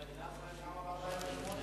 אבל מדינת ישראל קמה ב-48'.